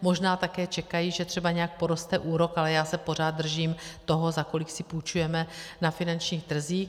Možná také čekají, že třeba nějak poroste úrok, ale já se pořád držím toho, za kolik si půjčujeme na finančních trzích.